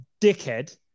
dickhead